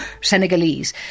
Senegalese